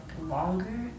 longer